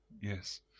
Yes